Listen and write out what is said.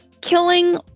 killing